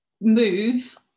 move